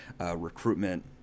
recruitment